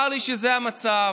צר לי שזה המצב.